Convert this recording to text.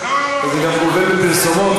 וזה גם גובל בפרסומת.